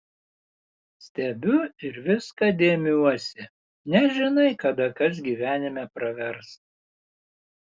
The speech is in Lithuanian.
stebiu ir viską dėmiuosi nežinai kada kas gyvenime pravers